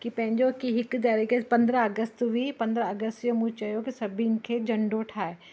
कि पंहिंजो हिकु तरीक़े पंद्रहं अगस्त हुई पंद्रहं अगस्त ते मूं चयो कि सभिनी खे झंडो ठाहे